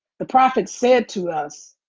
the prophet said to us,